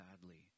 badly